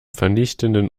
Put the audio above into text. vernichtenden